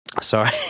Sorry